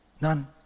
none